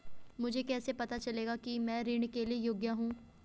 मुझे कैसे पता चलेगा कि मैं ऋण के लिए योग्य हूँ?